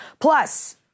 Plus